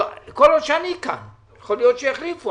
שכל עוד שאני כאן יכול להיות שיחליפו,